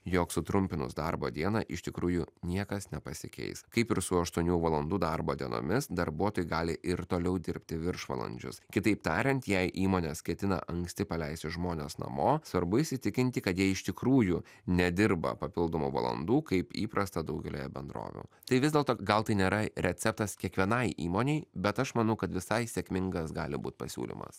jog sutrumpinus darbo dieną iš tikrųjų niekas nepasikeis kaip ir su aštuonių valandų darbo dienomis darbuotojai gali ir toliau dirbti viršvalandžius kitaip tariant jei įmonės ketina anksti paleisti žmones namo svarbu įsitikinti kad jie iš tikrųjų nedirba papildomų valandų kaip įprasta daugelyje bendrovių tai vis dėlto gal tai nėra receptas kiekvienai įmonei bet aš manau kad visai sėkmingas gali būt pasiūlymas